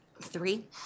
three